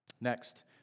Next